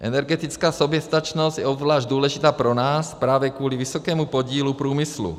Energetická soběstačnost je obzvlášť důležitá pro nás právě kvůli vysokému podílu průmyslu.